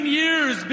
years